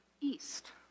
east